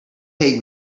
take